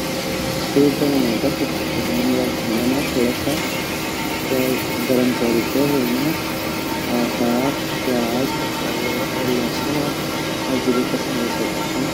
सामान्य सूप बडोड़ो ते हम सबसे पहली योक भंडा मा थोड़ा सा त्योल गरम कोरी ते वेमा आटा प्याज अदरक अर लहसुन अर जु भी पसंदे सब्जी छिन